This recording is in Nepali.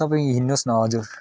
तपाईँ हिँड्नुहोस् न हजुर